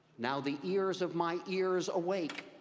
now, the ears of my ears awake,